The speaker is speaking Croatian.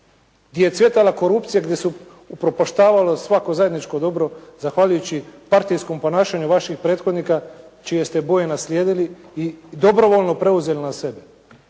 gdje je cvjetala korupcija, gdje se upropaštavalo svako zajedničko dobro zahvaljujući partijskom ponašanju vaših prethodnika čije ste boje naslijedili i dobrovoljno preuzeli na sebe.